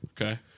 Okay